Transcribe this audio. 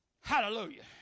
Hallelujah